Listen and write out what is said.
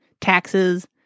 taxes